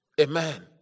Amen